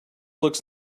looks